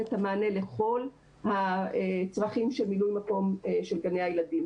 את המענה לכל הצרכים של מילוי מקום של גני הילדים